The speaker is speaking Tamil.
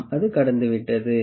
ஆம் அது கடந்துவிட்டது